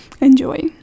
enjoy